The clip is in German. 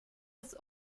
des